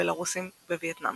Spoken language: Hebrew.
בלארוסים ווייטנאמים.